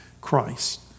Christ